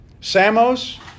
Samos